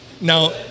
Now